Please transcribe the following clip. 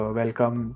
welcome